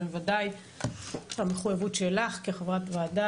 אבל בוודאי המחויבות שלך כחברת ועדה